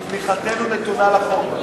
תמיכתנו נתונה לחוק.